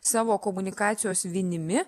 savo komunikacijos vinimi